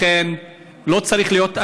לכן לא צריכה להיות אלימות,